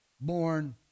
Born